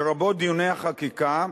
לרבות דיוני החקיקה,